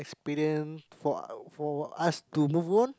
experience for for us to move on